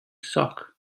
sock